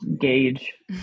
gauge